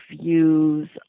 views